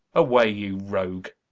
away you rogue